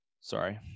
Sorry